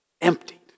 emptied